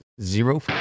zero